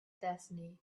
destiny